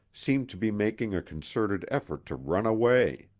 seem to be making a concerted effort to run away.